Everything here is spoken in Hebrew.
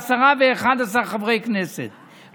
עשרה ו-11 חברי כנסת,